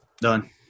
Done